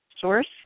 Source